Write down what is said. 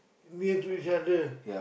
near to each other